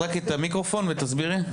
תסבירי.